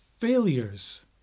failures